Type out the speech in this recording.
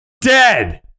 dead